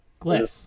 Glyph